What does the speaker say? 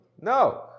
No